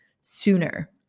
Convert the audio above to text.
sooner